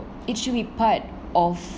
it should be part of